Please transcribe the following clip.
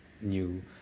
new